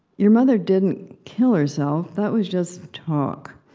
your mother didn't kill herself. that was just talk.